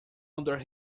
under